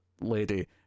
lady